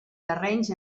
terrenys